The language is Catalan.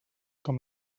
com